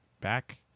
back